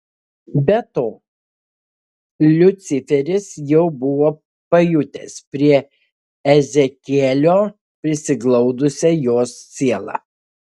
be to liuciferis jau buvo pajutęs prie ezekielio prisiglaudusią jos sielą